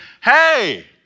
hey